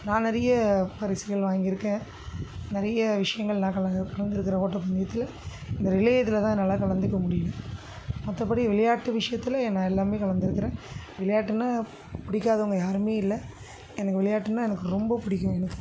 நான் நிறைய பரிசுகள் வாங்கியிருக்கேன் நிறைய விஷயங்கள் நான் கலந்து கலந்துருக்கிறேன் ஓட்டப்பந்தயத்தில் இந்த ரிலே இதில்தான் என்னால் கலந்துக்க முடியலை மற்றபடி விளையாட்டு விஷயத்தில் நான் எல்லாமே கலந்துருக்கிறேன் விளையாட்டுனால் பிடிக்காதவங்க யாருமே இல்லை எனக்கு விளையாட்டுனால் எனக்கு ரொம்ப பிடிக்கும் எனக்கு